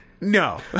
No